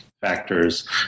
factors